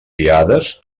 guiades